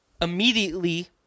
immediately